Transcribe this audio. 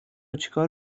چیکار